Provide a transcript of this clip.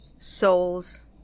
souls